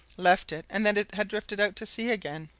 left it, and that it had drifted out to sea again?